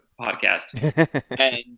podcast